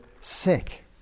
sick